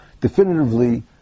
definitively